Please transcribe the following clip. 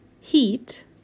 Heat